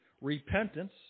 repentance